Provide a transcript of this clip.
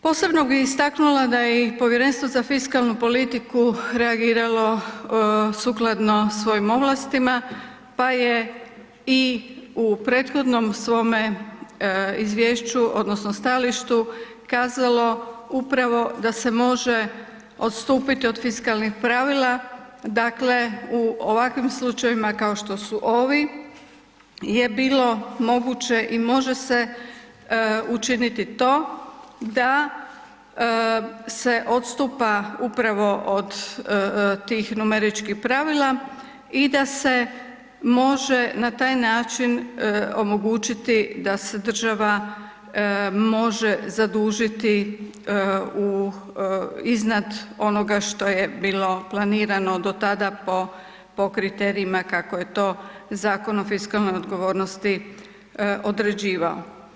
Posebno bih istaknula da je i Povjerenstvo za fiskalnu politiku reagiralo sukladno svojim ovlastima, pa je i u prethodnom svome izvješću odnosno stajalištu kazalo upravo da se može odstupiti od fiskalnih pravila, dakle u ovakvim slučajevima kao što su ovi je bilo moguće i može se učiniti to da se odstupa upravo od tih numeričkih pravila i da se može na taj način omogućiti da se država može zadužiti iznad onoga što je bilo planirano do tada po kriterijima kako je to Zakon o fiskalnoj odgovornosti određivao.